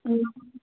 ꯎꯝ